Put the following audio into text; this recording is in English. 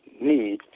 need